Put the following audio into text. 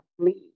Please